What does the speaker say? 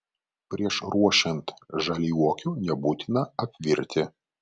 prieš ruošiant žaliuokių nebūtina apvirti